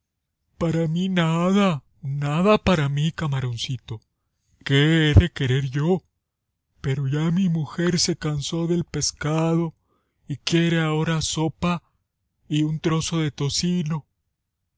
para mí nada nada para mí camaroncito qué he de querer yo pero ya mi mujer se cansó del pescado y quiere ahora sopa y un trozo de tocino